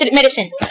medicine